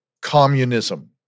communism